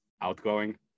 outgoing